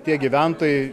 tie gyventojai